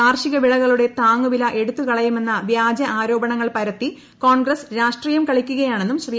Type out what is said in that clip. കാർഷിക വിളകളുടെ താങ്ങുവില എടുത്തുകളയുമെന്ന വ്യാജ ആരോപണങ്ങൾ പരത്തി കോൺഗ്രസ് രാഷ്ട്രീയം കളിക്കുകയാണെന്നും ശ്രീ